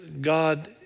God